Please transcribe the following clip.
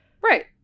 Right